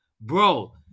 bro